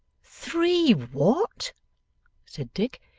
three what said dick.